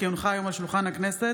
כי הונחו היום על שולחן הכנסת,